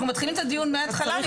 אנחנו מתחילים את הדיון מהתחלה?